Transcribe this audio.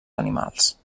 animals